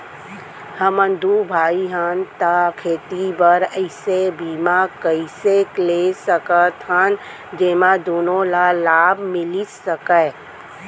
हमन दू भाई हन ता खेती बर ऐसे बीमा कइसे ले सकत हन जेमा दूनो ला लाभ मिलिस सकए?